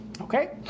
Okay